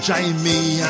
Jamie